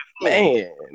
Man